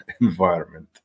environment